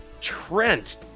Trent